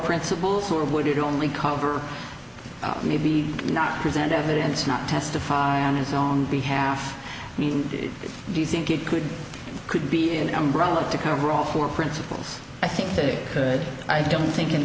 principles or would only cover up maybe not present evidence not testify on his own behalf do you think it could could be an umbrella to cover all four principles i think that it could i don't think in